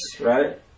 right